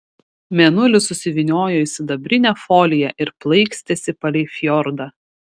mėnulis susivyniojo į sidabrinę foliją ir plaikstėsi palei fjordą